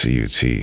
CUT